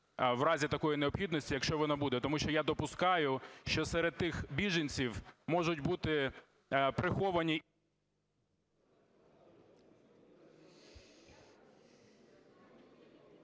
в разі такої необхідності, якщо вона буде, тому що я допускаю, що серед тих біженців можуть бути приховані…